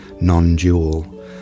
non-dual